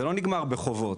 זה לא נגמר בחובות,